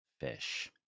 fish